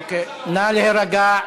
נא להירגע.